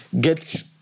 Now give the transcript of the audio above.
get